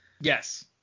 Yes